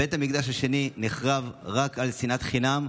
בית המקדש השני נחרב רק על שנאת חינם,